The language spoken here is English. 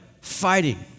fighting